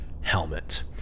helmet